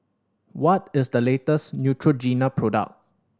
what is the latest Neutrogena product